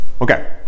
Okay